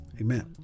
Amen